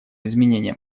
изменением